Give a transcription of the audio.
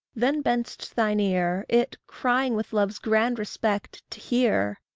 then bend'st thine ear it, crying with love's grand respect to hear!